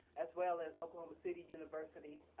as well as oklahoma city university.